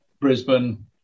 Brisbane